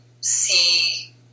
see